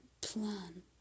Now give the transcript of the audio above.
plan